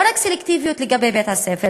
לא רק סלקטיביות לגבי בית-הספר,